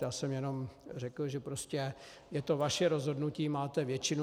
Já jsem jenom řekl, že je to vaše rozhodnutí, máte většinu.